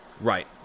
Right